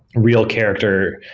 real character,